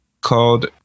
Called